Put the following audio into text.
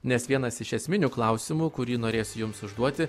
nes vienas iš esminių klausimų kurį norės jums užduoti